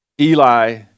Eli